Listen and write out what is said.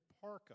parka